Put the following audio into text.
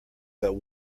but